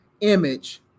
image